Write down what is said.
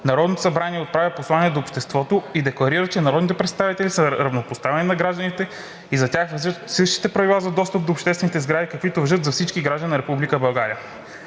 Народното събрание отправя послание до обществото и декларира, че народните представители са равнопоставени на гражданите и за тях важат същите правила за достъп до обществени сгради, каквито важат за всички граждани на